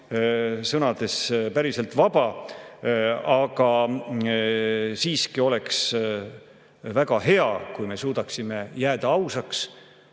sõnades päriselt vaba. Aga siiski oleks väga hea, kui me suudaksime jääda ausaks